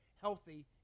healthy